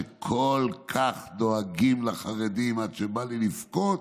שכל כך דואגים לחרדים עד שבא לי לבכות,